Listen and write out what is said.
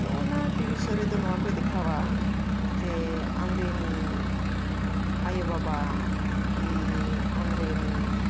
ᱛᱚ ᱚᱱᱟ ᱴᱤᱵᱷᱤ ᱥᱳ ᱨᱮᱫᱚ ᱱᱚᱣᱟ ᱠᱚᱭ ᱫᱮᱠᱷᱟᱣᱟ ᱡᱮ ᱟᱢᱨᱮᱱ ᱟᱭᱳ ᱵᱟᱵᱟ ᱠᱤ ᱟᱢᱨᱮᱱ